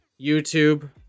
YouTube